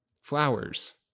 flowers